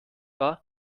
war